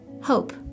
hope